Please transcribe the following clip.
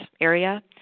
area